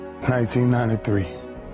1993